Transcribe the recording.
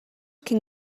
can